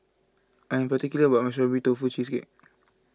I'm particular about my Strawberry Tofu Cheesecake